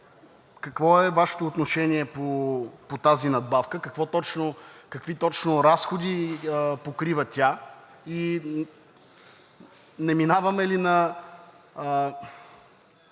какво е Вашето отношение по тази надбавка, какви точно разходи покрива тя? И не минаваме ли на